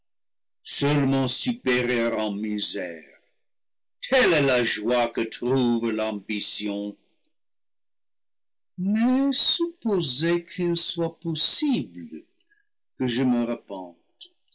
seulement supérieur en misères telle est la joie que trouve l'ambition mais supposé qu'il soit possible que je me